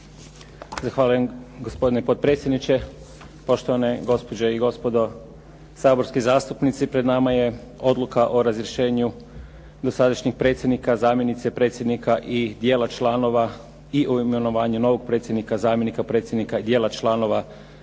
Zahvaljujem, gospodine potpredsjedniče. Poštovane gospođe i gospodo saborski zastupnici. Pred nama je Odluka o razrješenju dosadašnjeg predsjednika, zamjenice predsjednika i dijela članova i o imenovanju novog predsjednika, zamjenika predsjednika i dijela članova